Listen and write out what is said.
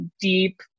deep